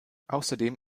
außerdem